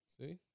See